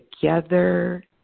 together